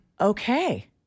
Okay